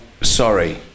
sorry